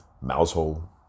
Mousehole